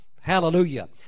hallelujah